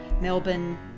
Melbourne